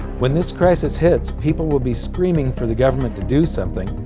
when this crisis hits people will be screaming for the government to do something,